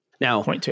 Now